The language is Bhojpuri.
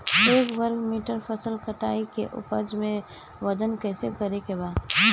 एक वर्ग मीटर फसल कटाई के उपज के वजन कैसे करे के बा?